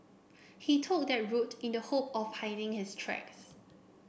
he took that route in the hope of hiding his tracks